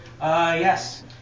Yes